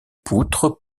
poutres